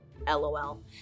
LOL